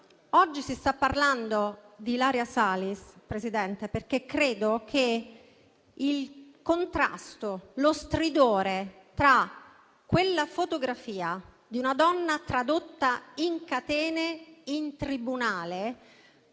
oggi si sta parlando di Ilaria Salis, perché credo che il contrasto tra quella fotografia di una donna tradotta in catene in tribunale